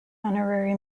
honorary